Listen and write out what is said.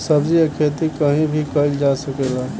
सब्जी के खेती कहीं भी कईल जा सकेला